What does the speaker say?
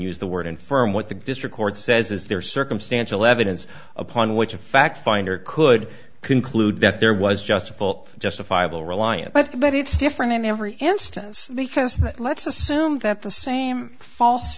use the word infirm what the district court says is there is circumstantial evidence upon which a fact finder could conclude that there was just a full justifiable reliance but but it's different in every instance because that let's assume that the same false